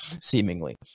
seemingly